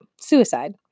suicide